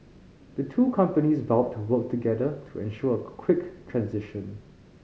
the two companies vowed to work together to ensure a quick transition